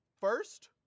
First